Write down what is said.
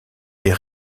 est